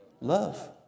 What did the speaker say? Love